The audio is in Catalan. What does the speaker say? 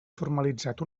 formalitzat